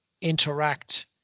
interact